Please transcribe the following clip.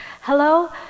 Hello